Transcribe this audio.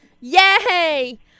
Yay